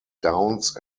downs